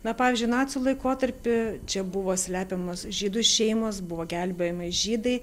na pavyzdžiui nacių laikotarpy čia buvo slepiamos žydų šeimos buvo gelbėjami žydai